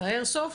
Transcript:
האיירסופט,